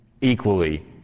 Equally